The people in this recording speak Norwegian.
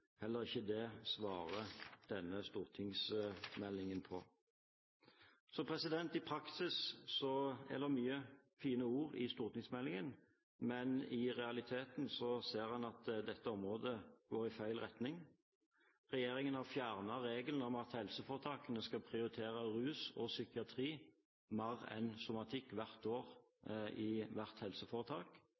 Heller ikke det svarer denne stortingsmeldingen på. I praksis er det mange fine ord i stortingsmeldingen, men i realiteten ser en at en på dette området går i feil retning. Regjeringen har fjernet regelen om at helseforetakene skal prioritere rus og psykiatri mer enn somatikk hvert år i hvert helseforetak.